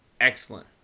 excellent